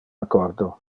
accordo